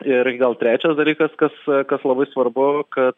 ir gal trečias dalykas kas kas labai svarbu kad